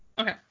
Okay